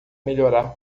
melhorar